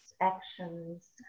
actions